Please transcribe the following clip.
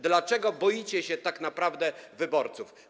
Dlaczego boicie się tak naprawdę wyborców?